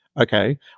okay